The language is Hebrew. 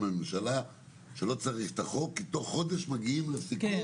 הממשלה שלא צריך את החוק כי תוך חודש מגיעים לסיכום.